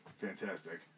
fantastic